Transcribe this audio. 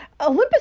Olympus